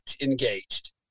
engaged